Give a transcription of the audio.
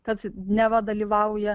kad neva dalyvauja